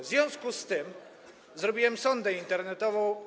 W związku z tym zrobiłem sondę internetową.